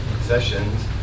sessions